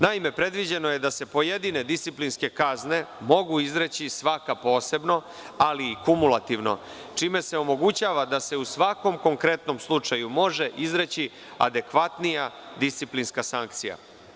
Naime, predviđeno je da se pojedine disciplinske kazne mogu izreći svaka posebno, ali i kumulativno, čime se omogućava da se u svakom konkretnom slučaju može izreći adekvatnija disciplinska sankcija.